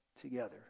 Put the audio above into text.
together